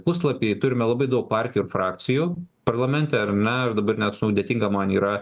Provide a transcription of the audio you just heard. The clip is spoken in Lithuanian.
puslapį turime labai daug partijų ir frakcijų parlamente ar ne dabar net sudėtinga man yra